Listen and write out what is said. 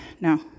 No